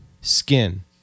skin